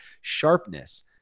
sharpness